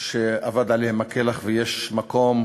שאבד עליהם הכלח ויש מקום